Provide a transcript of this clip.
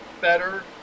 better